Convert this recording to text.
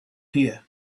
here